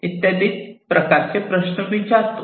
इत्यादी प्रकारचे प्रश्न विचारतो